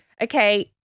Okay